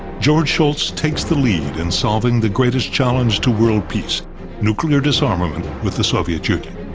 george shultz takes the lead in solving the greatest challenge to world peace nuclear disarmament with the soviet union.